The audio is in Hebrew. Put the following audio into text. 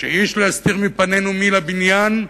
שאיש לא יסתיר מפנינו מי לבניין,